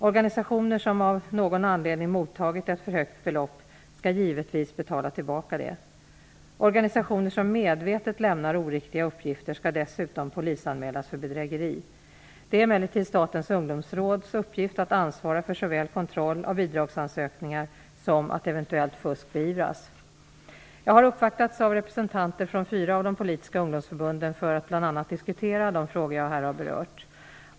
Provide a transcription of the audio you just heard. Organisationer som av någon anledning mottagit ett för högt belopp skall givetvis betala tillbaka detta. Organisationer som medvetet lämnar oriktiga uppgifter skall dessutom polisanmälas för bedrägeri. Det är emellertid Statens ungdomsråds uppgift att ansvara för såväl kontroll av bidragsansökningar som att eventuellt fusk beivras. Jag har uppvaktats av representanter från fyra av de politiska ungdomsförbunden för att bl.a. diskutra de frågor jag här berört.